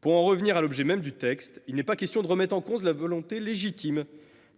Pour en revenir à l’objet même du texte, il n’est pas question de remettre en cause la volonté légitime